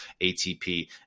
ATP